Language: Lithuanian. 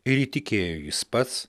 ir įtikėjo jis pats